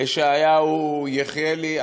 שלה ישעיהו יחיאלי.